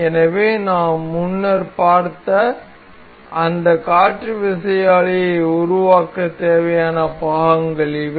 எனவே நாம் முன்னர் பார்த்த அந்த காற்று விசையாழியை உருவாக்க தேவையான பாகங்கள் இவை